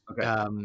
Okay